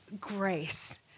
grace